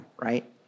right